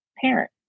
parent